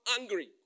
angry